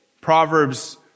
Proverbs